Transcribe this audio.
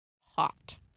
Hot